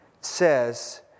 says